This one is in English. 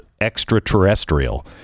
Extraterrestrial